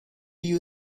you